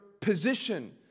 position